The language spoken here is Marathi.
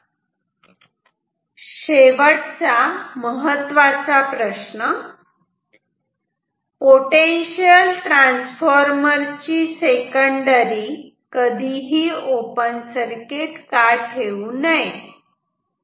आता शेवटचा महत्त्वाचा प्रश्न पोटेन्शियल ट्रांसफार्मर ची सेकंडरी कधीही ओपन सर्किट का ठेवू नये